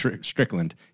Strickland